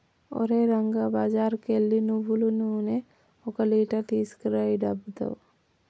ఓరే రంగా బజారుకు ఎల్లి నువ్వులు నూనె ఒక లీటర్ తీసుకురా ఈ డబ్బుతో